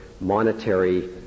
monetary